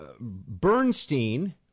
Bernstein